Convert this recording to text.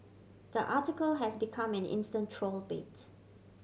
the article has become an instant troll bait